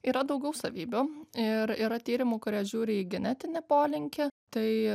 yra daugiau savybių ir yra tyrimų kurie žiūri į genetinį polinkį tai